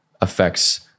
affects